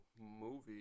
movie